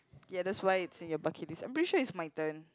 ya that's why it's in your bucket list make sure it's my turn